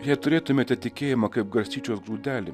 jei turėtumėte tikėjimą kaip garstyčios grūdelį